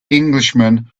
englishman